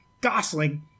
Gosling